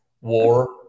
War